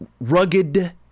rugged